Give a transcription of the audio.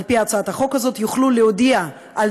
על-פי הצעת החוק הזאת הם יוכלו להודיע על